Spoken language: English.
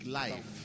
life